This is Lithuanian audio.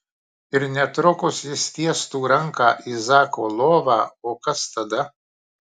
ir netrukus jis tiestų ranką į zako lovą o kas tada